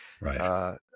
Right